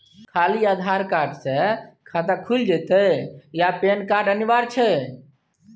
खाली आधार कार्ड स खाता खुईल जेतै या पेन कार्ड अनिवार्य छै?